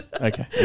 Okay